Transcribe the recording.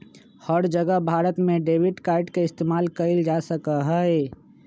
हर जगह भारत में debit card के इस्तेमाल कइल जा सका हई